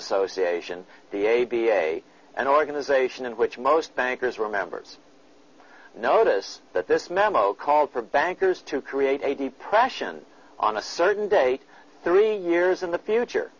association the a b a an organization in which most bankers were members notice that this memo called for bankers to create a depression on a certain day three years in the future